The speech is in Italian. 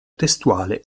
testuale